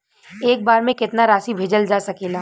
एक बार में केतना राशि भेजल जा सकेला?